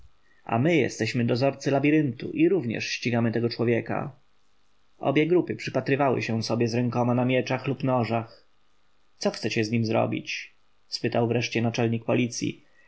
a my jesteśmy dozorcy labiryntu i również ścigamy tego człowieka obie grupy przypatrywały się sobie z rękoma na mieczach lub nożach co chcecie z nim zrobić spytał wreszcie naczelnik policji